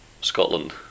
Scotland